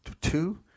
two